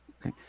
Okay